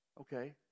Okay